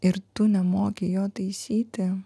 ir tu nemoki jo taisyti